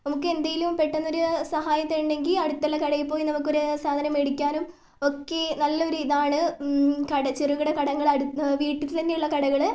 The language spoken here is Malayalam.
നമുക്ക് എന്തേലും പെട്ടന്നൊരു സഹായം തേടണമെങ്കിൽ അടുത്തുള്ള കടയിൽ പോയി നമുക്കൊരു സാധനം മേടിക്കാനും ഒക്കെ നല്ലൊരു ഇതാണ് ചെറുകിട കടകള് വീട്ടിൽ തന്നെയുള്ള കടകള്